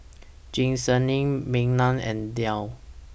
Giselle Maynard and Diann